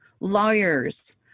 lawyers